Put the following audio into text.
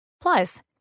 Plus